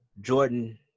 jordan